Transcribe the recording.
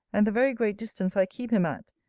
and the very great distance i keep him at,